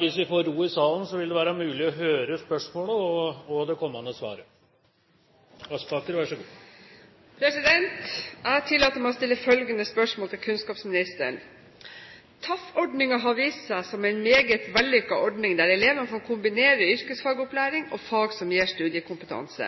vil bli besvart av fornyings-, administrasjons- og kirkeministeren på vegne av justisministeren, som er bortreist. Jeg tillater meg å stille følgende spørsmål til kunnskapsministeren: «Tekniske og allmenne fag-ordningen, TAF, har vist seg som en meget vellykket ordning der elever kan kombinere yrkesfagopplæring og fag som gir studiekompetanse.